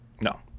No